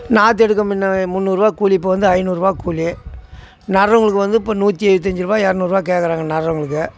நாற்று எடுக்க முன்ன முந்நூறுரூவா கூலி இப்போ வந்து ஐநூறுரூவா கூலி நடுறவுங்களுக்கு வந்து இப்போ நூற்றி இருபத்தி அஞ்சுரூவா எரநூறுரூவா கேட்குறாங்க நடுறவுங்களுக்கு